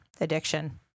addiction